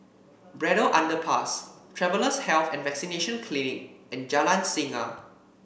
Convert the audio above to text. Braddell Underpass Travellers' Health and Vaccination Clinic and Jalan Singa